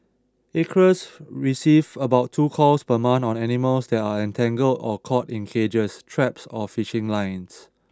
Acres receives about two calls per month on animals that are entangled or caught in cages traps or fishing lines